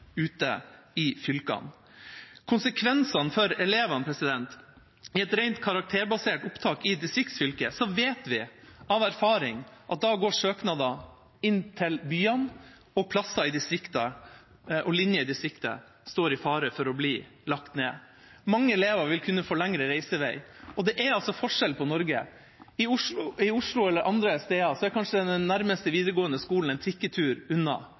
ute i fylkene. Konsekvensene for elevene ved et rent karakterbasert opptak i distriktsfylker er, som vi vet av erfaring, at da går søknadene inn til byene, og linjer i distriktene står i fare for å bli lagt ned. Mange elever vil kunne få lengre reisevei, og det er altså forskjell på Norge. I Oslo eller andre steder er kanskje den nærmeste videregående skolen en trikketur unna.